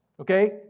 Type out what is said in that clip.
okay